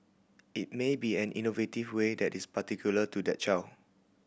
it may be an innovative way that is particular to that child